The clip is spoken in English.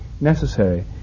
necessary